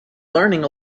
learning